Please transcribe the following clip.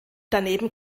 daneben